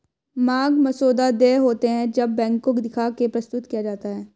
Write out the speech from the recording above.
मांग मसौदा देय होते हैं जब बैंक को दिखा के प्रस्तुत किया जाता है